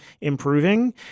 improving